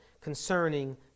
concerning